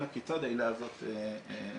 אלא כיצד העילה הזאת מתקיימת.